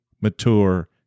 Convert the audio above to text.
mature